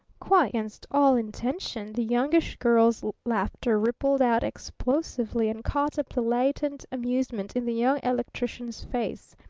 quite against all intention, the youngish girl's laughter rippled out explosively and caught up the latent amusement in the young electrician's face.